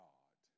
God